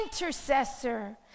intercessor